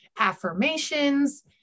affirmations